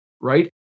right